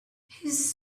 his